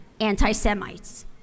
anti-Semites